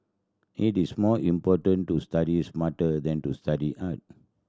it is more important to study smarter than to study hard